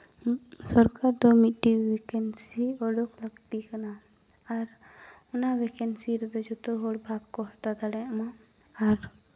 ᱥᱚᱨᱠᱟᱨ ᱫᱚ ᱢᱤᱫᱴᱤᱱ ᱵᱷᱮᱠᱮᱱᱥᱤ ᱩᱰᱩᱠ ᱞᱟᱹᱠᱛᱤ ᱠᱟᱱᱟ ᱟᱨ ᱚᱱᱟ ᱵᱷᱮᱠᱮᱱᱥᱤ ᱨᱮᱫᱚ ᱡᱷᱚᱛᱚ ᱦᱚᱲ ᱵᱷᱟᱜᱽ ᱠᱚ ᱦᱟᱛᱟᱣ ᱫᱟᱲᱮᱭᱟᱜ ᱢᱟ ᱟᱨ